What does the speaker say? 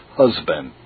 husband